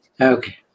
Okay